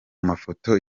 mafoto